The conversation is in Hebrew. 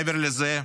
מעבר לזה,